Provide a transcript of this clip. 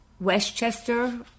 Westchester